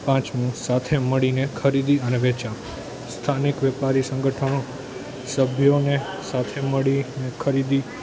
પાંચમું સાથે મળીને ખરીદી અને વેચાણ સ્થાનિક વેપારી સંગઠનો સભ્યોને સાથે મળીને ખરીદી